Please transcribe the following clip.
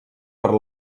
per